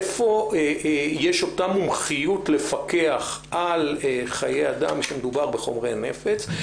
איפה יש אותה מומחיות לפקח על חיי אדם כשמדובר בחומרי נפץ?